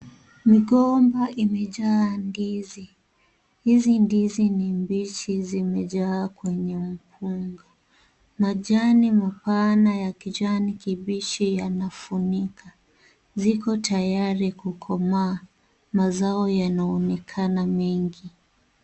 Migomba imejaa ndizi. Hizi ndizi ni mbichi zimejaa kwenye mkunga. Majani mapana ya kijani kibichi yanafunika. Ziko tayari kukomaa. Mazao yanaonekana mengi.